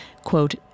quote